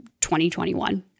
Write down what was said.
2021